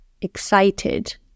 excited